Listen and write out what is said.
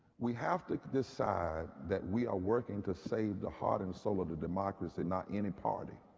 we have to decide that we are working to save the heart and soul of the democracy. not any party.